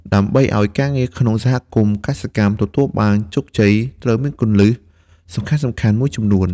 ដើម្បីឲ្យការងារក្នុងសហគមន៍កសិកម្មទទួលបានជោគជ័យ ត្រូវមាន គន្លឹះសំខាន់ៗ មួយចំនួន។